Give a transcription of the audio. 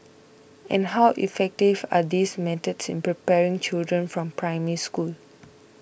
and how effective are these methods in preparing children from Primary School